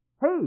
Hey